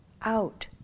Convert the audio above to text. out